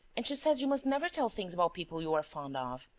and she says you must never tell things about people you are fond of.